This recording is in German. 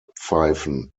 pfeifen